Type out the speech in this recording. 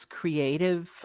creative